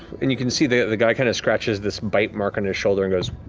and you can see the the guy kind of scratches this bite mark on his shoulder and goes,